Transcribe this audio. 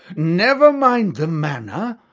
never mind the manner,